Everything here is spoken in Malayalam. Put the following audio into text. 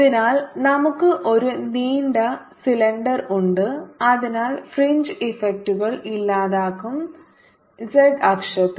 അതിനാൽ നമ്മൾക്ക് ഒരു നീണ്ട സിലിണ്ടർ ഉണ്ട് അതിനാൽ ഫ്രിഞ്ച് ഇഫക്റ്റുകൾ ഇല്ലാതാകും z അക്ഷത്തിൽ